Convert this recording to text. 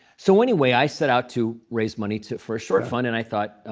so anyway, i set out to raise money to for a short fund. and i thought